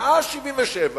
מאז 1977,